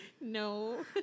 No